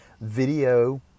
video